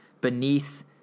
beneath